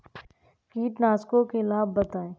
कीटनाशकों के लाभ बताएँ?